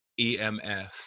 EMF